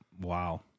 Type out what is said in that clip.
wow